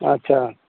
अच्छा